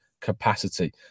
capacity